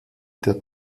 der